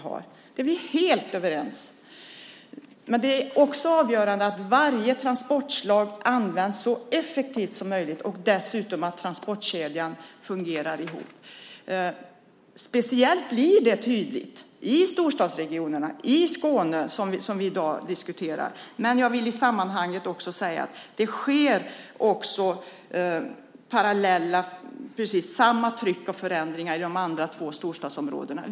Där är vi helt överens. Det är också avgörande att varje transportslag används så effektivt som möjligt och dessutom att transportkedjan fungerar ihop. Det blir speciellt tydligt i storstadsregionen i Skåne, som vi i dag diskuterar. Men jag vill i sammanhanget säga att det sker precis samma tryck och förändringar i de två andra storstadsområdena.